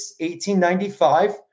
1895